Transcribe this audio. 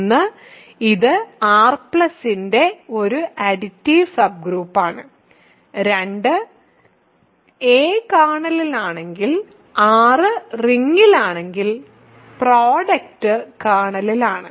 ഒന്ന് ഇത് R ന്റെ ഒരു അഡിറ്റീവ് സബ്ഗ്രൂപ്പാണ് രണ്ട് a കേർണലിലാണെങ്കിൽ r റിംഗിലാണെങ്കിൽ പ്രോഡക്റ്റ് കേർണലിലാണ്